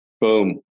Boom